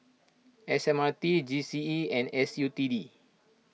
S M R T G C E and S U T D